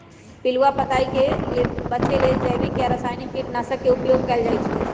पिलुआ पताइ से बचे लेल जैविक आ रसायनिक कीटनाशक के उपयोग कएल जाइ छै